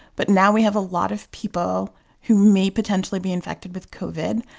but now we have a lot of people who may potentially be infected with covid.